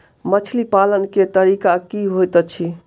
मछली पालन केँ तरीका की होइत अछि?